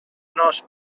nos